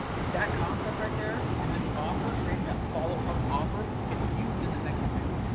that concept right there, and then the offer creating that follow up problem offer, it's used in the next two.